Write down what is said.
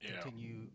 continue